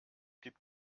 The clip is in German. gibt